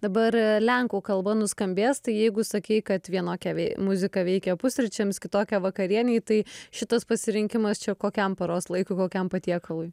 dabar lenkų kalba nuskambės tai jeigu sakei kad vienokia vei muzika veikia pusryčiams kitokią vakarienei tai šitas pasirinkimas čia kokiam paros laikui kokiam patiekalui